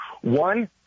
One